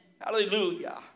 Hallelujah